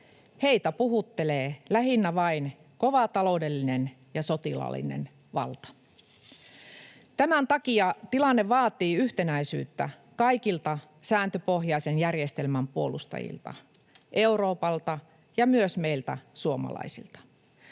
Heitä puhuttelee lähinnä vain kova taloudellinen ja sotilaallinen valta. Tämän takia tilanne vaatii yhtenäisyyttä kaikilta sääntöpohjaisen järjestelmän puolustajilta, Euroopalta ja myös meiltä suomalaisilta.